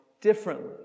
differently